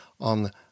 on